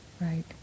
Right